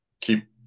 keep